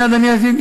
מייד אני אשלים,